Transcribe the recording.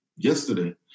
yesterday